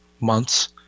months